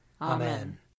Amen